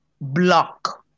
block